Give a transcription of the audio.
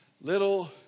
little